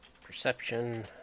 perception